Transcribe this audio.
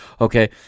Okay